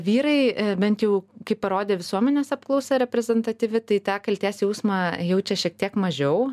vyrai bent jau kaip parodė visuomenės apklausa reprezentatyvi tai tą kaltės jausmą jaučia šiek tiek mažiau